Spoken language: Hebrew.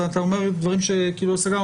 אתה אומר דברים שכאילו סגרנו,